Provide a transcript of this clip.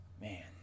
Man